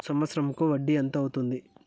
సంవత్సరం కు వడ్డీ ఎంత అవుతుంది?